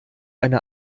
eine